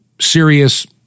serious